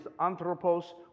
anthropos